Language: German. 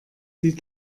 sie